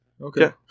okay